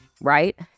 right